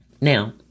Now